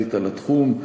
המיניסטריאלית לתחום.